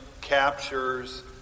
captures